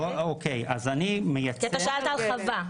אתה שאלת על חווה.